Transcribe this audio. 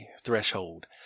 threshold